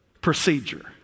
procedure